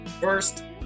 first